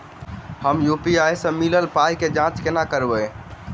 हम यु.पी.आई सअ मिलल पाई केँ जाँच केना करबै?